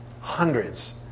hundreds